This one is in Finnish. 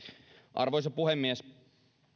arvoisa puhemies